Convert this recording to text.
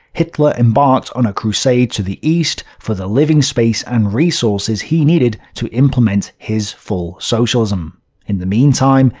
hitler embarked on a crusade to the east, for the living space and resources he needed to implement his full-socialism. in the meantime,